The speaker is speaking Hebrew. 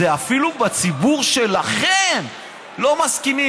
אפילו בציבור שלכם לא מסכימים.